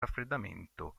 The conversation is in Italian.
raffreddamento